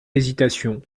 hésitation